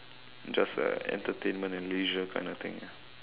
just a entertainment and leisure kind of thing ah